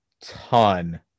ton